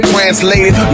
Translated